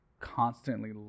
constantly